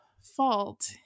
fault